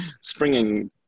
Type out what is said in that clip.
springing